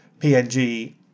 PNG